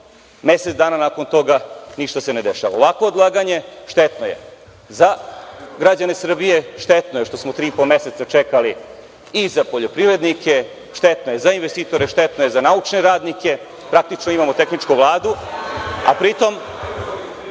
mesec dana nakon toga ništa se ne dešava. Ovakvo odlaganje je štetno za građane Srbije. Štetno je što smo tri i po meseca čekali i za poljoprivrednike, štetno je za investitore, štetno je za naučne radnike. Praktično imamo tehničku Vladu, a pri tome